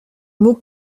mot